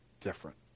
different